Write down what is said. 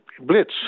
blitz